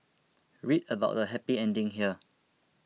read about the happy ending here